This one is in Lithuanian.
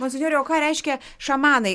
monsinjore o ką reiškia šamanai